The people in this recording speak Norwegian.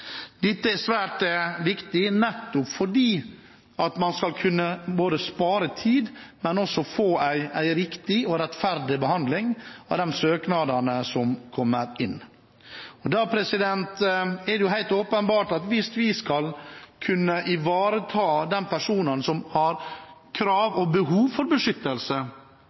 Dette er svært viktig både for å spare tid og for å få en riktig og rettferdig behandling av de søknadene som kommer inn. Det er helt åpenbart at hvis vi skal kunne ivareta de personene som har krav på og behov for beskyttelse,